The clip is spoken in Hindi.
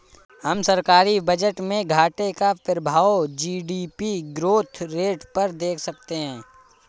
हम सरकारी बजट में घाटे का प्रभाव जी.डी.पी ग्रोथ रेट पर देख सकते हैं